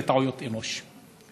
היא טעויות אנוש,